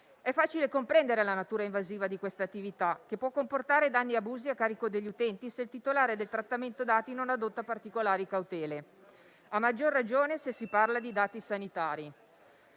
È facile comprendere la natura invasiva di quest'attività, che può comportare danni e abusi a carico degli utenti se il titolare del trattamento dati non adotta particolari cautele, a maggior ragione se si parla di dati sanitari...